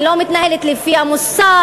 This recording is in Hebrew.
היא לא מתנהלת לפי המוסר,